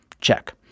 Check